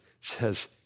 says